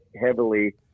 heavily